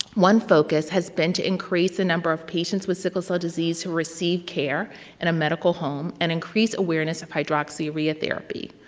one focus has been to increase the number of patients with sickle cell disease who receive care in a medical home and increase awareness of hydroxyurea therapy.